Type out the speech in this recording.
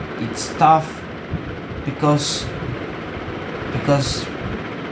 it's tough because because